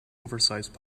oversized